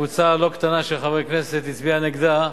קבוצה לא קטנה של חברי כנסת הצביעה נגדה,